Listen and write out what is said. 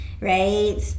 right